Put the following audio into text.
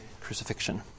crucifixion